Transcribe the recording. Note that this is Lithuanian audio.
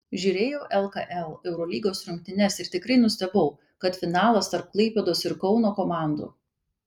žiūrėjau lkl eurolygos rungtynes ir tikrai nustebau kad finalas tarp klaipėdos ir kauno komandų